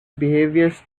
behaviours